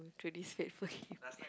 through this fateful game